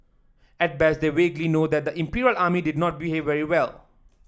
at best they vaguely know that the Imperial Army did not behave very well